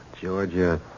Georgia